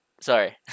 sorry